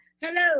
Hello